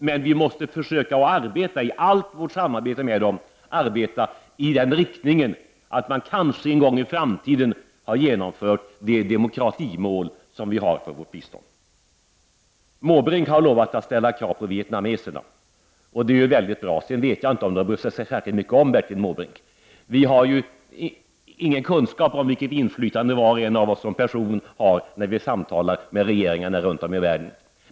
Men vi måste, i allt vårt samarbete med dem, försöka arbeta i den riktningen att man kanske en gång i framtiden har uppnått de demokratimål som vi har för vårt bistånd. Bertil Måbrink har lovat att ställa krav på vietnameserna. Det är ju bra. Sedan vet jag inte om de bryr sig särskilt mycket om Bertil Måbrink. Vi har juingen kunskap om vilket inflytande var och en av oss som person har när vi samtalar med regeringarna runt om i världen.